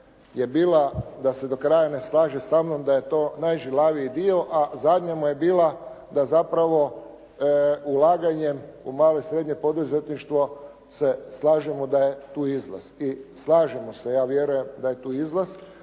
je bila da se do kraja ne slaže sa mnom da je to najžilaviji dio, a zadnja mu je bila da zapravo ulaganjem u malo i srednje poduzetništvo se slažemo da je tu izlaz i slažemo se, ja vjerujem da je tu izlaz,